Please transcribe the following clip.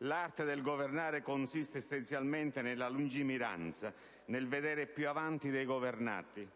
l'arte del governare consiste essenzialmente nella lungimiranza, nel vedere più avanti dei governati,